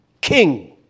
King